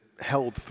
held